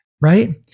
Right